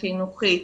החינוכית,